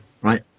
Right